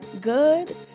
good